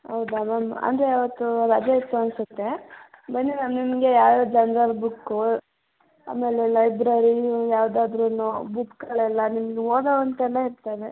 ಹೌದಾ ಮ್ಯಾಮ್ ಅಂದರೆ ಅವತ್ತೂ ರಜೆ ಇತ್ತು ಅನಿಸುತ್ತೆ ಬನ್ನಿ ಮ್ಯಾಮ್ ನಿಮಗೆ ಯಾವ ಯಾವ ಜನ್ರಲ್ ಬುಕ್ಕು ಆಮೇಲೆ ಲೈಬ್ರೆರಿ ಯಾವ್ದಾದ್ರೂ ಬುಕ್ಕುಗಳೆಲ್ಲ ನಿಮ್ಗೆ ಓದೋ ಅಂಥವೇ ಇರ್ತವೆ